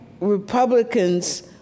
Republicans